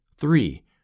three